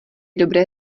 dobré